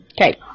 Okay